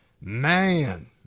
man